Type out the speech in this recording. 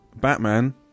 Batman